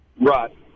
Right